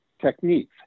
techniques